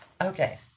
Okay